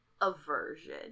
Aversion